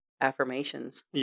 Affirmations